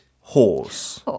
horse